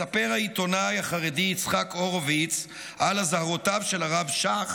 מספר העיתונאי החרדי יצחק הורוביץ על אזהרותיו של הרב שך